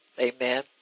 Amen